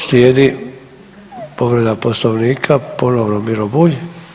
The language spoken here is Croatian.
Slijedi povreda Poslovnika, ponovno Miro Bulj.